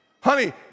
Honey